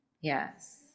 yes